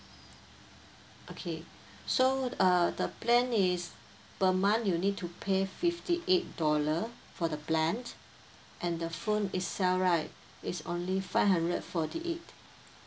okay so uh the plan is per month you need to pay fifty eight dollar for the plan and the phone itself right is only five hundred forty eight